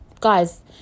guys